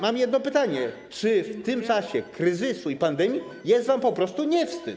Mam jedno pytanie: Czy w tym czasie kryzysu i pandemii nie jest wam po prostu wstyd?